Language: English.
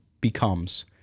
becomes